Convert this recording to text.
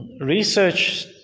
Research